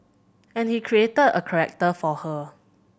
and he created a character for her